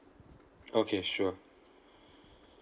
okay sure